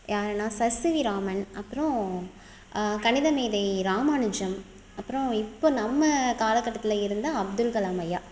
யாருன்னா Sir CV Raman அப்புறம் கணித மேதை ராமானுஜம் அப்புறம் இப்போ நம்ம காலகட்டத்தில் இருந்த அப்துல்கலாம் ஐயா